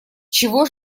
чего